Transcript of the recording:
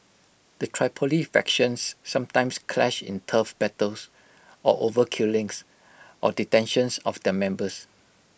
the Tripoli factions sometimes clash in turf battles or over killings or detentions of their members